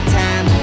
time